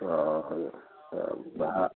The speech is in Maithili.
हँ तब वहाँ